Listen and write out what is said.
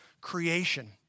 creation